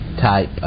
type